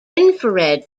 infrared